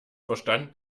verstanden